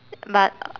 but